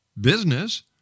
business